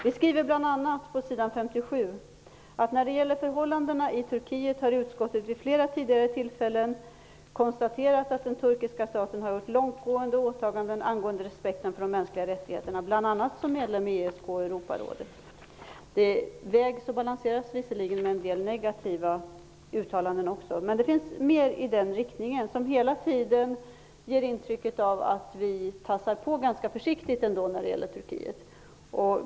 Vi skriver på s. 57 att när det gäller förhållandena i Turkiet har utskottet vid flera tidigare tillfällen konstaterat att den turkiska staten har gjort långtgående åtaganden angående respekten för de mänskliga rättigheterna, bl.a. som medlem i ESK Det balanseras visserligen mot en del negativa uttalanden också, men det finns mer i den riktningen som ger intryck av att vi tassar på ganska försiktigt när det gäller Turkiet.